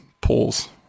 pulls